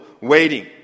waiting